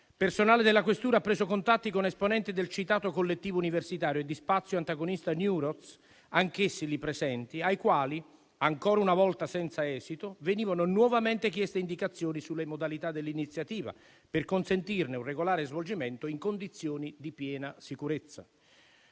personale della questura ha preso contatti con esponenti del citato Collettivo universitario e di Spazio antagonista Newroz, anch'essi lì presenti, ai quali, ancora una volta senza esito, venivano nuovamente chieste indicazioni sulle modalità dell'iniziativa per consentirne un regolare svolgimento in condizioni di piena sicurezza.